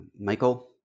Michael